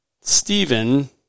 Stephen